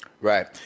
Right